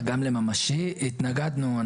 גם לממשי התנגדנו,